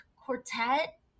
quartet